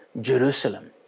Jerusalem